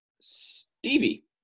Stevie